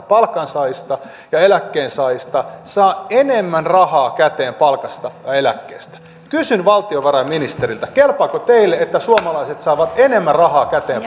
palkansaajista ja eläkkeensaajista saa enemmän rahaa käteen palkasta ja eläkkeestä kysyn valtiovarainministeriltä kelpaako teille että suomalaiset saavat enemmän rahaa käteen